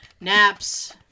Naps